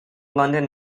london